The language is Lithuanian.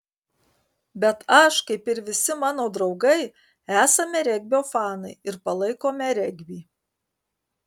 bet aš kaip ir visi mano draugai esame regbio fanai ir palaikome regbį